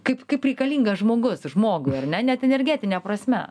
kaip kaip reikalingas žmogus žmogui ar ne net energetine prasme